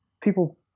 people